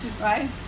Right